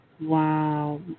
Wow